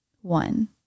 One